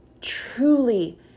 truly